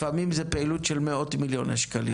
לפעמים זה פעילות של מאות מיליוני שקלים.